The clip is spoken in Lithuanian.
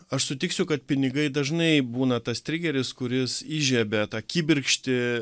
aš sutiksiu kad pinigai dažnai būna tas trigeris kuris įžiebia tą kibirkštį